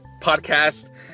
podcast